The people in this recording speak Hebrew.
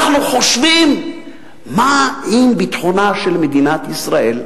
אנחנו חושבים מה עם ביטחונה של מדינת ישראל.